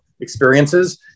experiences